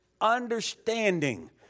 Understanding